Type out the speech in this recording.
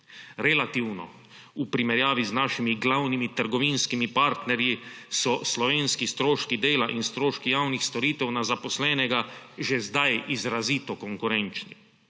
Relativno v primerjavi z našimi glavnimi trgovinskimi partnerji so slovenski stroški dela in stroški javnih storitev na zaposlenega že zdaj izrazito konkurenčni,